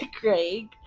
Craig